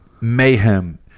mayhem